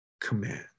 command